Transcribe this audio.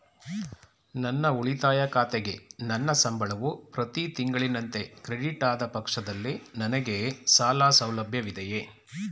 ನನ್ನ ಉಳಿತಾಯ ಖಾತೆಗೆ ನನ್ನ ಸಂಬಳವು ಪ್ರತಿ ತಿಂಗಳಿನಂತೆ ಕ್ರೆಡಿಟ್ ಆದ ಪಕ್ಷದಲ್ಲಿ ನನಗೆ ಸಾಲ ಸೌಲಭ್ಯವಿದೆಯೇ?